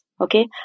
okay